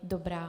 Dobrá.